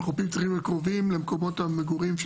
החופים צריכים להיות קרובים למקומות המגורים של